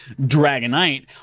Dragonite